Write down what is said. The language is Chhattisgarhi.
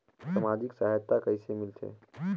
समाजिक सहायता कइसे मिलथे?